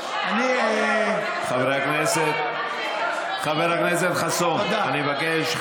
חבר הכנסת חסון, אני מבקש.